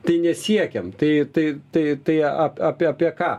tai nesiekiam tai tai tai apie apie ką